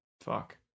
Fuck